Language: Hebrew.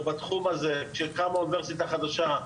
או בתחום הזה שקמה אוניברסיטה חדשה,